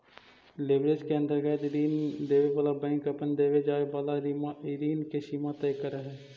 leverage के अंतर्गत ऋण देवे वाला बैंक अपन देवे जाए वाला ऋण के सीमा तय करऽ हई